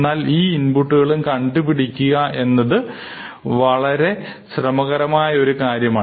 എന്നാൽ എല്ലാ ഇൻപുട്ട്കളും കണ്ടുപിടിക്കുക എന്നത് വളരെ ശ്രമകരമായ ഒരു കാര്യമാണ്